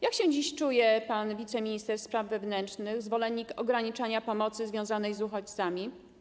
Jak się dziś czuje pan wiceminister spraw wewnętrznych, zwolennik ograniczania pomocy związanej z uchodźcami?